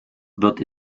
wird